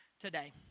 today